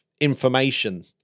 information